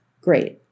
Great